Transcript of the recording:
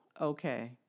okay